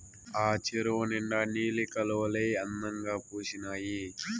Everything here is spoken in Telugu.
ఆ చెరువు నిండా నీలి కలవులే అందంగా పూసీనాయి